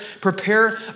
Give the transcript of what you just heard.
prepare